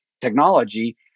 technology